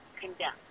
condemned